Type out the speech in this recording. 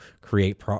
create